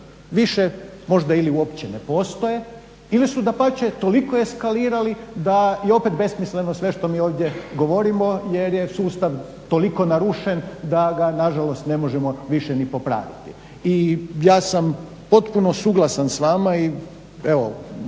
više možda ili uopće ne postoje ili su dapače toliko eskalirali da je i opet besmisleno sve što mi ovdje govorimo jer je sustav toliko narušen da ga nažalost više ne možemo ni popraviti. I ja sam potpuno suglasan s vama i evo